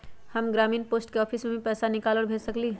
हम ग्रामीण post office से भी पैसा निकाल और भेज सकेली?